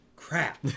crap